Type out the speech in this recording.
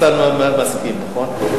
השר מסכים, נכון?